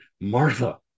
Martha